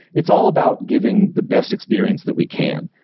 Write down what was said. it's all about giving the best experience that we can.